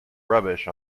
rubbish